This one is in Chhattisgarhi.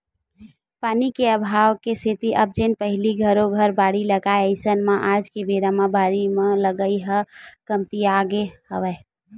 पानी के अभाव के सेती अब जेन पहिली घरो घर बाड़ी लगाय अइसन म आज के बेरा म बारी लगई ह कमतियागे हवय